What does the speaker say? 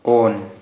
on